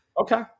Okay